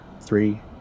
three